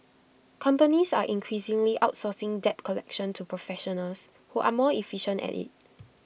companies are increasingly outsourcing debt collection to professionals who are more efficient at IT